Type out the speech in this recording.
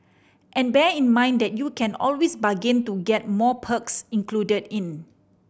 and bear in mind that you can always bargain to get more perks included in